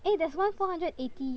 eh there's one four hundred eighty